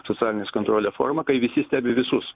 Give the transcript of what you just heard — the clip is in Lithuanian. socialinės kontrolė forma kai visi stebi visus